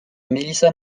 melissa